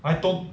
I tot~